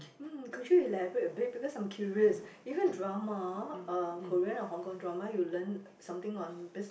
mm could you elaborate a bit because I'm curious even drama uh Korean or Hong-Kong drama you learn something on business